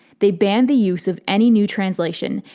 they banned the use of any new translation,